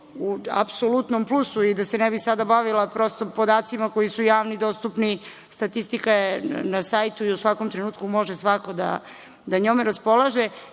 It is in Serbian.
u apsolutnom plusu i da se ne bih sada bavila podacima koji su javno dostupni, statistika je na sajtu i u svakom trenutku može svako da njome raspolaže. Ja